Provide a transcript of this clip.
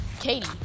Katie